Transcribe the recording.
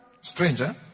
stranger